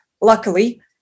luckily